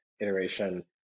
iteration